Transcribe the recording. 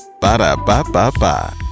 Ba-da-ba-ba-ba